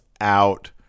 out